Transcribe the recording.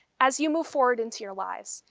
as you move forward into your lives,